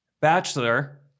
Bachelor